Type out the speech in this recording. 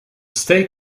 state